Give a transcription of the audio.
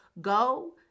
go